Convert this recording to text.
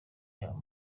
yabo